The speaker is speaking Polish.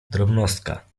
drobnostka